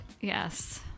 yes